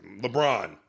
LeBron